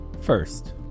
first